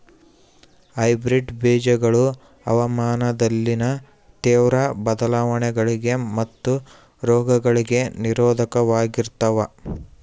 hybrid ಬೇಜಗಳು ಹವಾಮಾನದಲ್ಲಿನ ತೇವ್ರ ಬದಲಾವಣೆಗಳಿಗೆ ಮತ್ತು ರೋಗಗಳಿಗೆ ನಿರೋಧಕವಾಗಿರ್ತವ